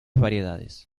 variedades